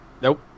Nope